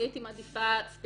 אני הייתי מעדיפה את